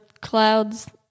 clouds